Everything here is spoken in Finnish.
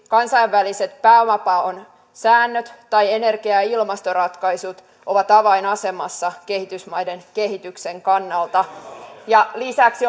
kansainväliset pääomapaon säännöt tai energia ja ja ilmastoratkaisut ovat avainasemassa kehitysmaiden kehityksen kannalta lisäksi